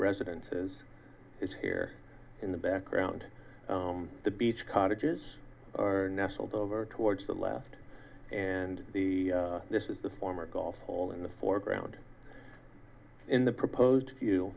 residences is here in the background the beach cottages are nestled over towards the left and the this is the former golf hall in the foreground in the proposed view